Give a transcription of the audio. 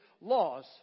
laws